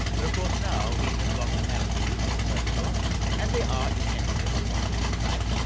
but of course now we have got analyses of the surface rocks and they are essentially of volcanic type.